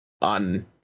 on